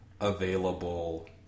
available